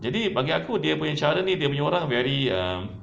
jadi bagi aku dia punya cara ni dia punya orang ni very um